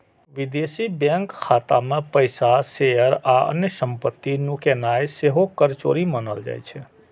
विदेशी बैंक खाता मे पैसा, शेयर आ अन्य संपत्ति नुकेनाय सेहो कर चोरी मानल जाइ छै